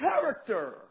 character